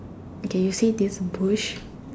okay you see this bush